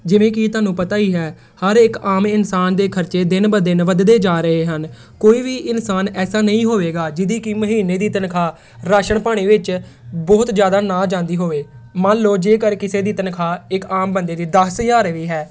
ਜਿਵੇਂ ਕੀ ਤੁਹਾਨੂੰ ਪਤਾ ਹੀ ਹੈ ਹਰ ਇੱਕ ਆਮ ਇਨਸਾਨ ਦੇ ਖਰਚੇ ਦਿਨ ਬ ਦਿਨ ਵਧਦੇ ਜਾ ਰਹੇ ਹਨ ਕੋਈ ਵੀ ਇਨਸਾਨ ਐਸਾ ਨਹੀਂ ਹੋਵੇਗਾ ਜਿਹਦੀ ਕੀ ਮਹੀਨੇ ਦੀ ਤਨਖਾਹ ਰਾਸ਼ਨ ਪਾਣੀ ਵਿੱਚ ਬਹੁਤ ਜ਼ਿਆਦਾ ਨਾ ਜਾਂਦੀ ਹੋਵੇ ਮੰਨ ਲਓ ਜੇਕਰ ਕਿਸੇ ਦੀ ਤਨਖਾਹ ਇੱਕ ਆਮ ਬੰਦੇ ਦੀ ਦਸ ਹਜ਼ਾਰ ਵੀ ਹੈ